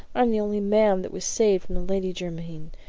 i'm the only man that was saved from the lady jermyn,